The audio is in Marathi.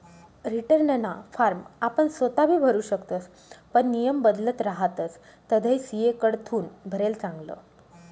रीटर्नना फॉर्म आपण सोताबी भरु शकतस पण नियम बदलत रहातस तधय सी.ए कडथून भरेल चांगलं